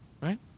right